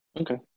Okay